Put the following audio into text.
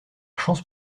chance